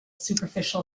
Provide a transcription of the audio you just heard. superficial